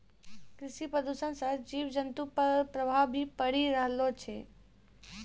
कृषि प्रदूषण से जीव जन्तु पर प्रभाव भी पड़ी रहलो छै